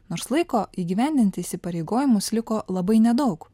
nors laiko įgyvendinti įsipareigojimus liko labai nedaug